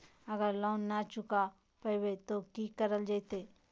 अगर लोन न चुका पैबे तो की करल जयते?